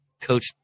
coach